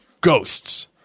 Ghosts